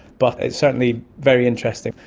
but it's certainly very interesting.